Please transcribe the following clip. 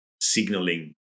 signaling